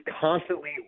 constantly